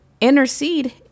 Intercede